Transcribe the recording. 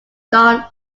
dawn